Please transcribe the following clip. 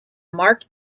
mark